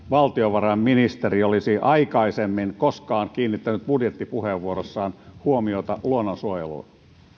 valtiovarainministeri olisi aikaisemmin koskaan kiinnittänyt budjettipuheenvuorossaan huomiota luonnonsuojeluun